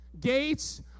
Gates